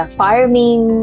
farming